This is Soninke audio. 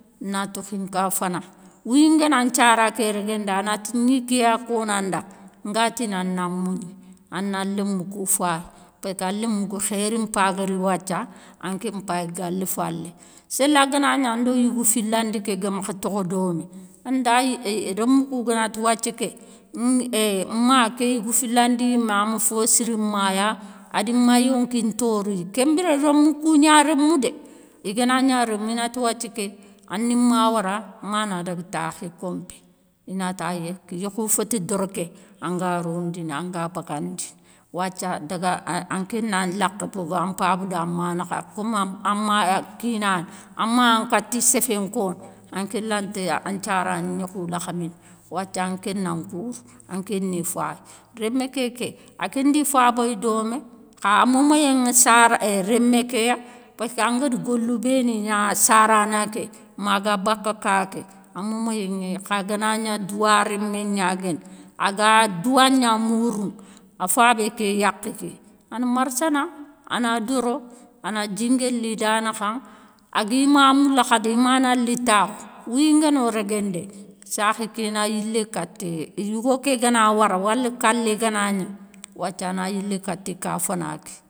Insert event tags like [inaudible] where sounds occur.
Na tokhi nka fana. Wouyi nganan thiara ké réguénde a na ti gni ké ya kone anda, nga tine an nan mougni, an nan lémou kou faye peskan lémou kou khéri mpa ga ri wathia anké mpaye galé falé. Séle a ga gni ando yigou filandi ké gué ga makhe tokho domé [hesitation] rémou kou ga na ti wathie ké [hesitation] ma ké yigou filandi yimé a ma fo siri ma ya. A di ma yonki ntore. Ké mbiré rémou kou nia rémou dé, i ga na nia rémou i na ti wathie ké an ni ma wara, ma na dague takhe i kompé. I nati aye yékhou féte doroké an ga rondini an ga bagandine, wathia daga anké nan lakhé bogou an paba do an ma nakha. Comme an ma ya kinane, an ma yan kati séfé nkone, anké lante an thiara gnékhou lakhamine, wathia anké nan koure anké ni faye. Rémé kéké aké ndi fabaye domé xa a moumayé ŋa [hesitation] rémé ké ya, péskan ga da golou bé ni nia sarana ké ma ga baka ka ké, a moumayé ŋéye. Xa ga na nia douwa rémé nia guéne, a ga douwa nia mouroune, a fabé ké yakhé ké ane marsana. A na doro, a na djingué li da nakha. A gui ma moula khadi, i ma na li takhou, wouyi ngano réguéndéye, sakhé ké na yilé kate yougo ké ga na wara wale kalé ga na nia, wathia a na yilé kati ka fana ké.